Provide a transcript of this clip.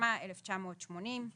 התשמ"א 1980."